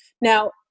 Now